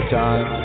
time